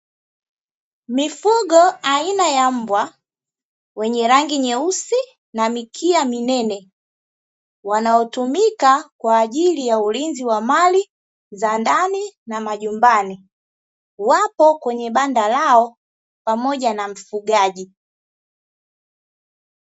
Mifugo aina ya mbwa wenye rangi nyeusi na mikia minene, wanaotumika kwa ajili ya ulinzi wa mali za ndani na majumbani, wapo kwenye banda lao pamoja na mfugaji.